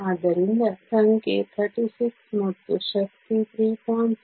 ಆದ್ದರಿಂದ ಸಂಖ್ಯೆ 36 ಮತ್ತು ಶಕ್ತಿ 3